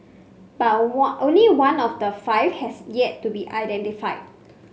but only one of the five has yet to be identified